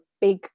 big